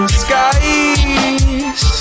skies